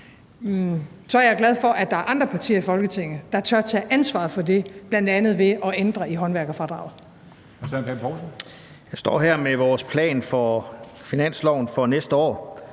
så er jeg glad for, at der er andre partier i Folketinget, der tør tage ansvaret for det, bl.a. ved at ændre i håndværkerfradraget.